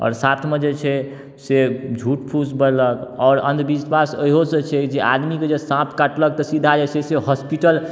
आओर साथमे जे छै से झूठ फूस बजलक आओर अंधविश्वास एहो सँ छै जे आदमीके जे साँप काटलक तऽ सीधा जे छै से होस्पिटल